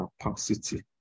capacity